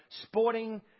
sporting